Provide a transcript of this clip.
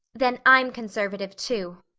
then i'm conservative too,